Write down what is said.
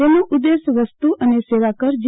તેનો ઉદેશ્ય વસ્તુ અને સેવા કર જી